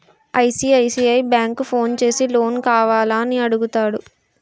ICICI bank phone చేసి loan కావాల అని అడుగుతాడు